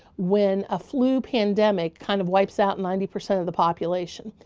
when a flu pandemic, kind of, wipes out ninety percent of the population,